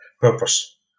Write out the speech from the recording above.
purpose